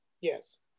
Yes